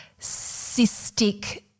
cystic